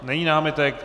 Není námitek.